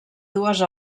dues